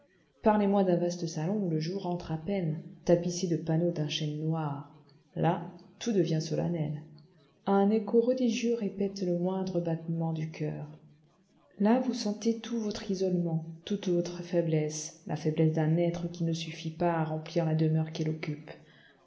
parlez-moi d'un vaste salon où le jour entre à peine tapissé de panneaux d'un chêne noir là tout devient solennel là un écho religieux répète le moindre battement du coeur là vous sentez tout votre isolement toute votre faiblesse la faiblesse d'un être qui ne suffit pas à remplir la demeure qu'il occupe